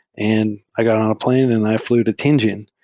and i got on a plane and i flew to tianjin.